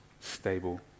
stable